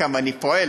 כמה אני פועל,